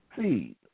seed